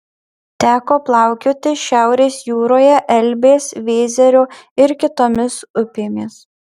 teko plaukioti šiaurės jūroje elbės vėzerio ir kitomis upėmis